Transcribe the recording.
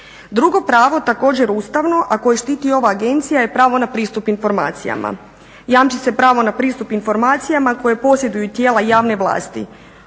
Drugo pravo također ustavno, a koje štiti ova agencija je pravo na pristup informacijama. Jamči se pravo na pristup informacijama koje posjeduju tijela javne vlasti.